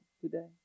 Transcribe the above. today